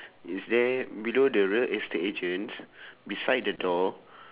is there below the real estate agent beside the door